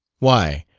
why,